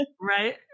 Right